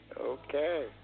Okay